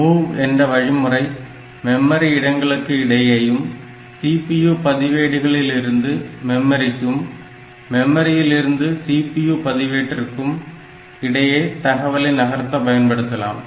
MOV என்ற வழிமுறை memory இடங்களுக்கு இடையேயும் CPU பதிவேடுகளிலிருந்து மெமரிக்கும் மெமரியில் இருந்து CPU பதிவேட்டிக்கும் இடையே தகவலை நகர்த்த பயன்படுத்தலாம்